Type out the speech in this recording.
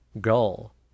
Gull